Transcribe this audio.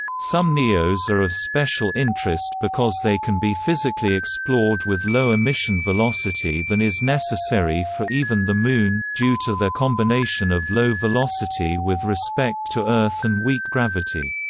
some neos are of special interest because they can be physically explored with lower mission velocity than is necessary for even the moon, due to their combination of low velocity with respect to earth and weak gravity.